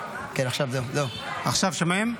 עכשיו שומעים?